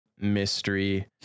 mystery